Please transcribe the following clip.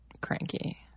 cranky